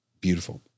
beautiful